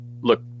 Look